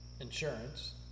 insurance